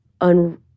un